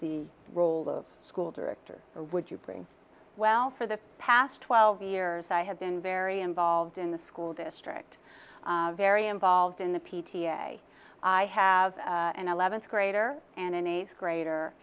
the role of school director or would you bring well for the past twelve years i have been very involved in the school district very involved in the p t a i have an eleventh grader and an eighth grader